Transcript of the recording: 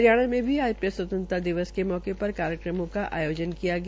हरियाणा में आज प्रेस स्वतंत्रता दिवस के मौके पर कार्यक्रमों का आयोजन कियागया